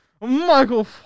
Michael